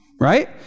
right